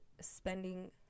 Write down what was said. spending